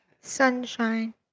Sunshine